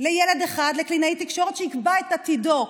לילד אחד על קלינאי תקשורת שיקבע את עתידו.